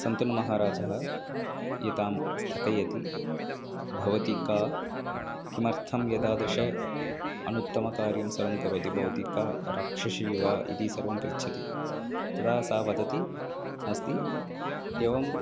शन्तनुः महाराजः एतां स्थगयति भवती का किमर्थम् एतादृशम् अनुत्तमकार्यं सर्वं करोति भवती का राक्षसीव इति सर्वं पृच्छति तदा सा वदति अस्ति एवम्